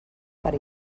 per